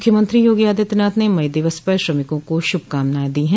मुख्यमंत्री योगी आदित्यनाथ ने मई दिवस पर श्रमिकों को श्रभकामनाएं दी है